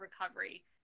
recovery